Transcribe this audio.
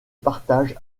partage